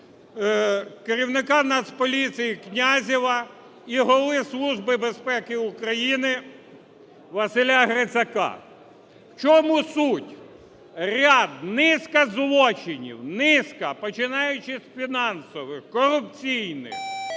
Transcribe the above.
керівника Нацполіції Князєва і Голови Служби безпеки України Василя Грицака. В чому суть? Ряд, низка злочинів, низка, починаючи з фінансових, корупційних,